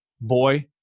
boy